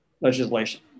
legislation